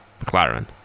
McLaren